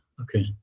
okay